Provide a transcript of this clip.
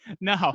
No